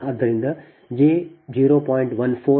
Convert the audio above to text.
ಆದ್ದರಿಂದ jಜೆ 0